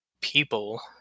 people